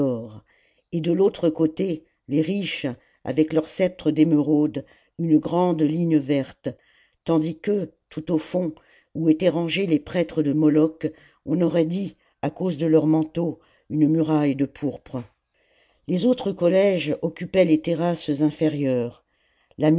et de l'autre côté les riches avec leurs sceptres d'émeraude une grande ligne verte tandis que tout au fond où étaient rangés les prêtres de moloch on aurait dit à cause de leurs manteaux une muraille de pourpre les autres collèges occupaient les terrasses inférieures la